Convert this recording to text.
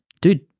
Dude